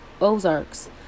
Ozarks